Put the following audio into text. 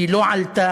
היא לא עלתה,